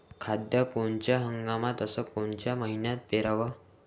कांद्या कोनच्या हंगामात अस कोनच्या मईन्यात पेरावं?